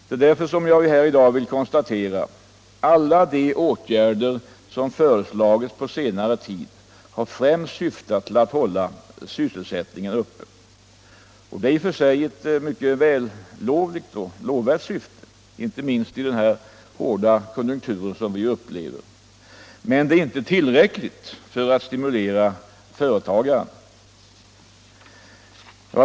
Det är därför som jag vill konstatera att alla de åtgärder som föreslagits på senare tid främst har syftat till att hålla sysselsättningen uppe. Det är i och för sig ett mycket vällovligt syfte, inte minst i den hårda konjunktur som vi nu upplever, men det är inte tillräckligt för att stimulera företagarna.